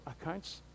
accounts